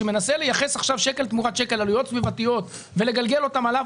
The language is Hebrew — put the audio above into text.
שמנסה לייחס עכשיו שקל תמורת שקל עלויות סביבתיות ולגלגל אותן עליו,